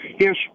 Yes